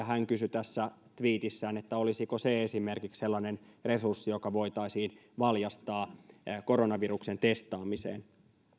hän kysyi tässä tviitissään olisiko se esimerkiksi sellainen resurssi joka voitaisiin valjastaa koronaviruksen testaamiseen